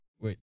Wait